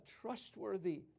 trustworthy